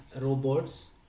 robots